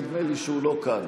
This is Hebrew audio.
נדמה לי שהוא לא כאן.